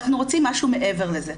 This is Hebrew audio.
אנחנו רוצים משהו מעבר לזה.